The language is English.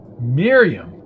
Miriam